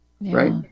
right